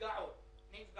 בסך